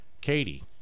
Katie